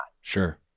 Sure